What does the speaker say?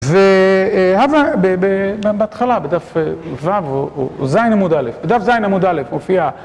והבא ובהתחלה בדף ו' או ז' עמוד א' בדף ז' עמוד א'הופיעה